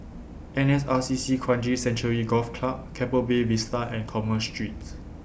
N S R C C Kranji Sanctuary Golf Club Keppel Bay Vista and Commerce Street